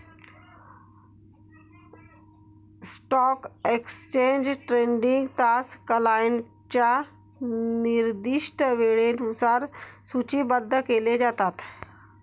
stock exchange trading तास क्लायंटच्या निर्दिष्ट वेळेनुसार सूचीबद्ध केले जातात